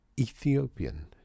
Ethiopian